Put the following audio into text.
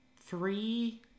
three